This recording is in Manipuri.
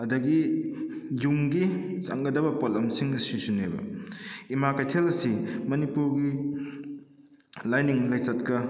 ꯑꯗꯒꯤ ꯌꯨꯝꯒꯤ ꯆꯪꯒꯗꯕ ꯄꯣꯠꯂꯝꯁꯤꯡ ꯁꯤꯁꯨꯅꯦꯕ ꯏꯃꯥ ꯀꯩꯊꯦꯜ ꯑꯁꯤ ꯃꯅꯤꯄꯨꯔꯒꯤ ꯂꯥꯏꯅꯤꯡ ꯂꯤꯆꯠꯀ